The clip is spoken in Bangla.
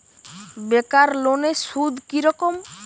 বেকার লোনের সুদ কি রকম?